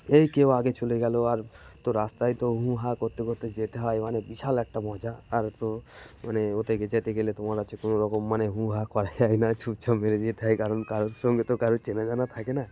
এই কেউ আগে চলে গেলো আর তো রাস্তায় তো হু হা করতে করতে যেতে হয় মানে বিশাল একটা মজা আর তো মানে ওতে যেতে গেলে তোমার হচ্ছে কোনো রকম মানে হুঁ হা করা যায় না চুপচাপ মেরে যেতে হয় কারণ কারোর সঙ্গে তো কারো চেনা জানা থাকে না